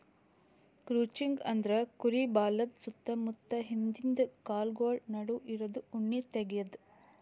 crutching ಅಂದ್ರ ಕುರಿ ಬಾಲದ್ ಸುತ್ತ ಮುತ್ತ ಹಿಂದಿಂದ ಕಾಲ್ಗೊಳ್ ನಡು ಇರದು ಉಣ್ಣಿ ತೆಗ್ಯದು